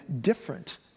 different